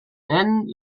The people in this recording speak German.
nennen